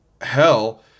hell